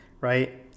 right